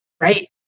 Right